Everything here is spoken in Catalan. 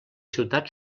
ciutats